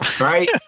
right